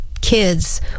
kids